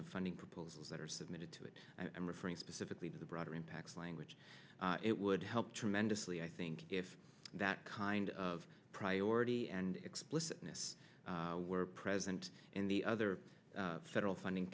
of funding proposals that are submitted to it i'm referring specifically to the broader impacts language it would help tremendously i think if that kind of priority and explicitness were present in the other federal funding